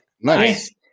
Nice